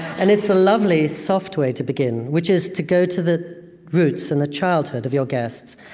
and it's a lovely soft way to begin, which is to go to the roots and the childhood of your guests.